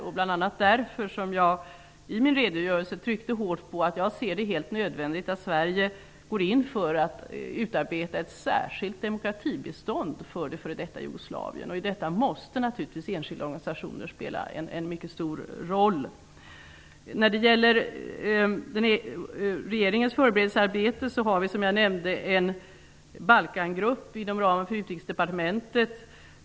Det är bl.a. därför som jag i min redogörelse tryckte hårt på att jag anser att det är helt nödvändigt att Sverige går in för att utarbeta ett särskilt demokratibistånd för f.d. Jugoslavien. I detta måste enskilda organisationer naturligtvis spela en mycket stor roll. När det gäller regeringens förberedelsearbete har vi, som jag nämnde, en Balkangrupp inom ramen för Utrikesdepartementet.